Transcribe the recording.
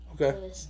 Okay